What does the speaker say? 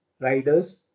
riders